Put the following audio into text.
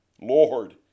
Lord